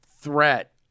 threat